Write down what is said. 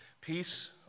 Peace